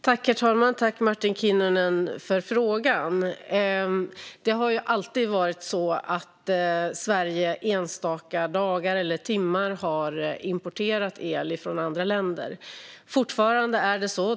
Herr talman! Tack, Martin Kinnunen, för frågan! Sverige har alltid under enstaka dagar eller timmar importerat el från andra länder. Det är fortfarande så.